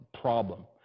problem